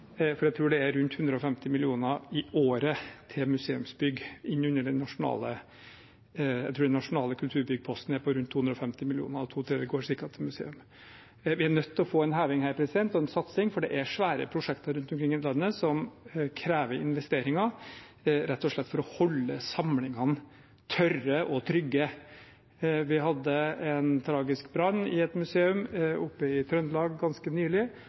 for jeg tror det er rundt 150 mill. kr i året til museumsbygg. Jeg tror den nasjonale kulturbyggposten er på rundt 250 mill. kr, og at ca. to tredjedeler går til museene. Vi er nødt til å få en heving og en satsing her, for det er svære prosjekter rundt omkring i landet som krever investeringer, rett og slett for å holde samlingene tørre og trygge. Vi hadde en tragisk brann i et museum i Trøndelag ganske nylig,